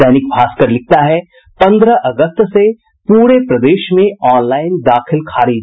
दैनिक भास्कर लिखता है पन्द्रह अगस्त से पूरे प्रदेश में ऑन लाईन दाखिल खारिज